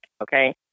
okay